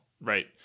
right